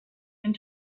and